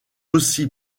aussi